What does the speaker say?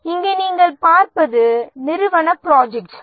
இங்கே நீங்கள் பார்ப்பது நிறுவன ப்ராஜெக்ட்கள்